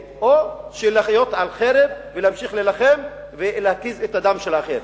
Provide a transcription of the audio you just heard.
או לחיות על חרב ולהמשיך להילחם ולהקיז את הדם של האחר.